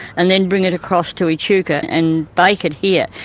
and then bring it across to echuca and bake it here,